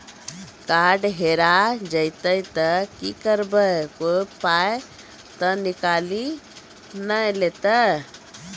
Card हेरा जइतै तऽ की करवै, कोय पाय तऽ निकालि नै लेतै?